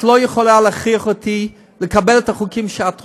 את לא יכולה להכריח אותי לקבל את החוקים שאת רוצה,